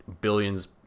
billions